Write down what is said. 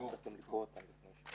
יקבלו את התעודה בהמשך.